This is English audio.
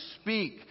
speak